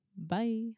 Bye